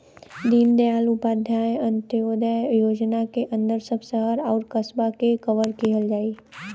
दीनदयाल उपाध्याय अंत्योदय योजना के अंदर सब शहर आउर कस्बा के कवर किहल जाई